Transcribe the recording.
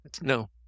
No